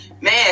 man